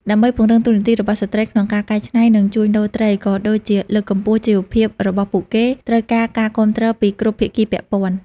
ដើម្បីពង្រឹងតួនាទីរបស់ស្ត្រីក្នុងការកែច្នៃ និងជួញដូរត្រី ក៏ដូចជាលើកកម្ពស់ជីវភាពរបស់ពួកគេ ត្រូវការការគាំទ្រពីគ្រប់ភាគីពាក់ព័ន្ធ។